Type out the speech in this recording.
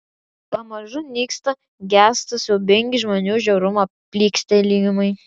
pamažu nyksta gęsta siaubingi žmonių žiaurumo plykstelėjimai